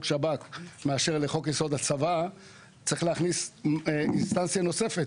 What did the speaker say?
שב"כ מאשר לחוק-יסוד: הצבא ולהכניס אינסטנציה נוספת,